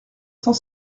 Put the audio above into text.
cent